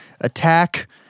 attack